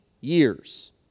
years